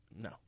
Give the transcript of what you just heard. No